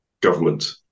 government